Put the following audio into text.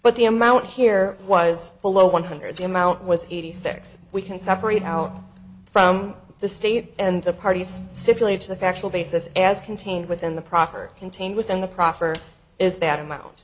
but the amount here was below one hundred the amount was eighty six we can separate out from the state and the parties stipulate to the factual basis as contained within the proffer contained within the proffer is that amount